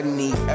need